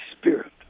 Spirit